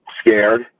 scared